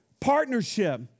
partnership